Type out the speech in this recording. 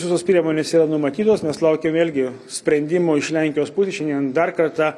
visos priemonės yra numatytos nes laukia vėlgi sprendimo iš lenkijos pusės šiandien dar kartą